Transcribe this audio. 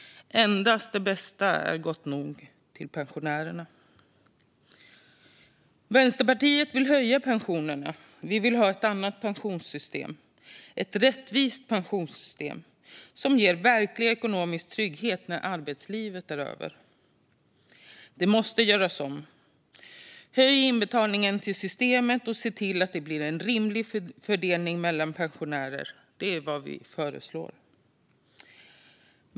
Endast det bästa är gott nog åt pensionärerna. Vänsterpartiet vill höja pensionerna. Vi vill ha ett annat pensionssystem, ett rättvist pensionssystem som ger verklig ekonomisk trygghet när arbetslivet är över. Det måste göras om. Höj inbetalningen till systemet, och se till att det blir en rimlig fördelning mellan pensionärer! Det är vad vi föreslår.